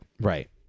Right